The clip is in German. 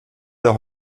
der